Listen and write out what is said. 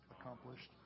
accomplished